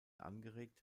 angeregt